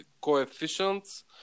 coefficients